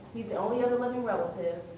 he's the only other living relative,